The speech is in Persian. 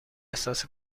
احساس